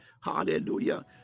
Hallelujah